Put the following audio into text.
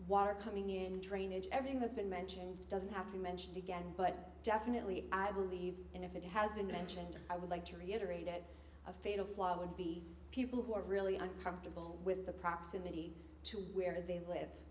water coming in drainage everything that's been mentioned doesn't have to be mentioned again but definitely i believe and if it has been mentioned i would like to reiterate it a fatal flaw would be people who are really uncomfortable with the proximity to where they live